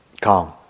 Calm